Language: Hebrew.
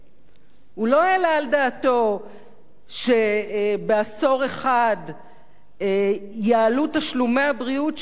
הוא לא העלה על דעתו שבעשור אחד יעלו תשלומי הבריאות של האזרח,